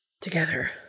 Together